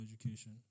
education